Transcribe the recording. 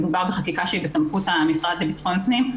מדובר בחקיקה שהיא בסמכות המשרד לבטחון פנים,